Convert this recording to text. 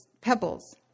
pebbles